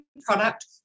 product